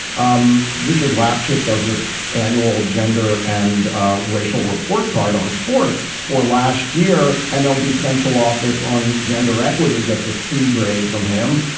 um richard lapchick does this annual gender and ah racial report card on sports for last year and there'll be central office on gender equity gets a c grade from him.